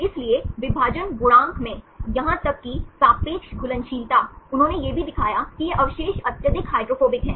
इसलिए विभाजन गुणांक में यहां तक कि सापेक्ष घुलनशीलता उन्होंने यह भी दिखाया कि ये अवशेष अत्यधिक हाइड्रोफोबिक हैं